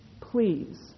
please